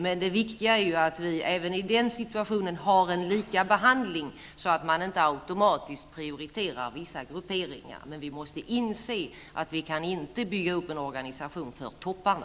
Men det viktiga är ju att vi även i den situationen har en likabehandling, så att man inte automatiskt prioriterar vissa grupperingar. Vi måste inse att vi inte kan bygga upp en organisation för topparna.